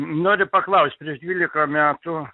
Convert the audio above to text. noriu paklaust prieš dvylika metų